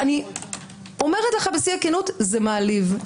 בשיא הכנות, זה מעליב.